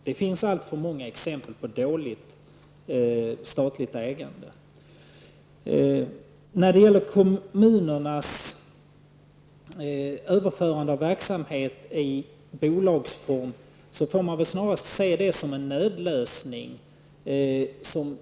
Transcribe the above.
Det finns alltför många exempel på dåligt statligt ägande. När det gäller kommunernas överförande av verksamheter i bolagsform, får man snarast se det som en nödlösning.